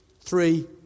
three